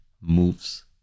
moves